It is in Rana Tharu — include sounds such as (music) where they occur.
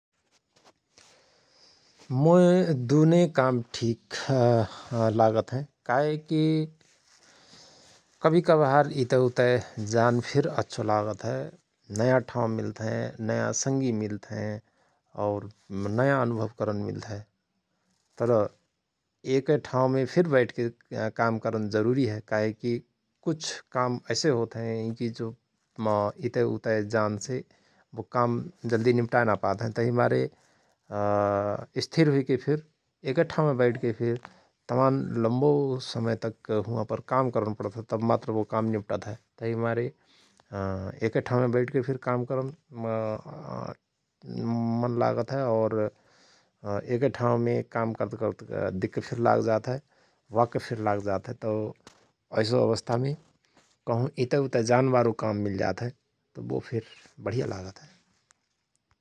मोय दुनो काम ठिक (hesitation) लागत हय । काहेकि कबहि कभार इतय उतय जान फिर अच्छो लागत हय । नयाँ ठाउँ मिल्त हय नयाँ संगी मिल्त हयं और नयांअनुभव करन मिल्तहय । तर एकए ठाउँमे फिर बैठके काम करन जरुरी हय । काहे कि कुछ काम ऐसे होत हयं कि जो इतय उतय जानसे बो काम जल्दी निभटाय ना पात हयं । तहि मारे (hesitation) स्थिर हुईके फिर एकय ठाउँमे बैठके फिर तमान लम्बो समय तक हुआंपर काम करन पणत हय तव मात्र बो काम निभटत हय । तहि मारे (hesitation) एकए ठाउँमे बैठकके फिर काम करन (hesitation) मन लागत हय और एकए ठाउँमे काम करत करत दिक्क फिर लाग जात वाक्क फिर लागजात हय तओ ऐसो अवस्थामे कहुं इतय उतय जानबारो काम मिलजात हय तओ बो फिर बढिया लागत हय ।